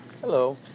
Hello